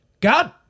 God